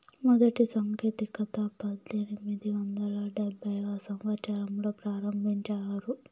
మొదటి సాంకేతికత పద్దెనిమిది వందల డెబ్భైవ సంవచ్చరంలో ప్రారంభించారు